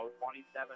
27